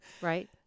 Right